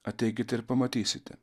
ateikite ir pamatysite